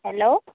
hello